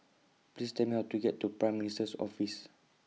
Please Tell Me How to get to Prime Minister's Office